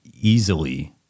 easily